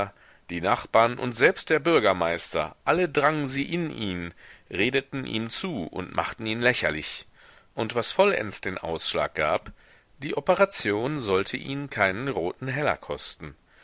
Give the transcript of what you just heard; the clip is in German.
die nachbarn und selbst der bürgermeister alle drangen sie in ihn redeten ihm zu und machten ihn lächerlich und was vollends den ausschlag gab die operation sollte ihm keinen roten heller kosten